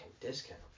discount